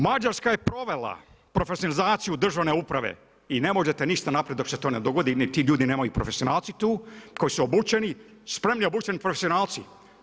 Mađarska je provela profesionalizaciju državne uprave i ne možete ništa napraviti dok se to ne dogodi, ni ti ljudi nemaju profesionalci tu koji su obučeni, spremni i obučeni profesionalci.